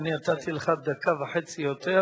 אני נתתי לך דקה וחצי יותר.